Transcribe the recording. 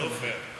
זה לא פייר.